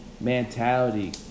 mentality